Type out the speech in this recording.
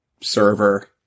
server